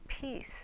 peace